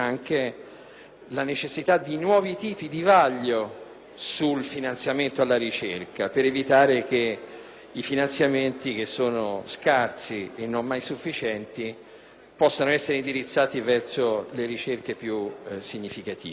la necessità di nuovi tipi di vaglio sul finanziamento alla ricerca, per fare in modo che i finanziamenti, pur scarsi e sempre insufficienti, possano essere indirizzati verso le ricerche più significative.